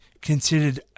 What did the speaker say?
considered